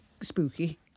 spooky